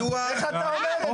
איך אתה אומר את זה.